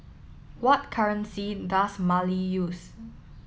what currency does Mali use